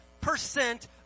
percent